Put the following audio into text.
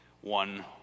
One